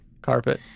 Carpet